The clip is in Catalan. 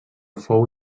fou